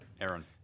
Aaron